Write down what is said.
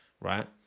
right